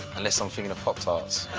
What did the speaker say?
unless i'm thinking of pop tarts.